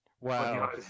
Wow